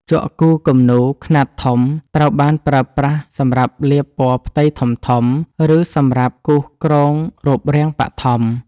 ជក់គូរគំនូរខ្នាតធំត្រូវបានប្រើប្រាស់សម្រាប់លាបពណ៌ផ្ទៃធំៗ ឬសម្រាប់គូសគ្រោងរូបរាងបឋម។